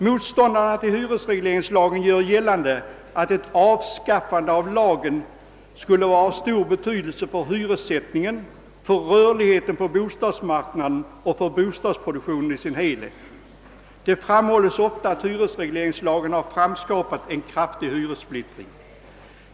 Motståndarna till hyresregleringslagen gör gällande att ett avskaffande av lagen skulle vara av stor betydelse för hyressättningen, för rörligheten på bostadsmarknaden och för bostadsproduktionen i dess helhet. Det framhålles ofta att hyresregleringslagen har skapat en kraftig hyressplittring.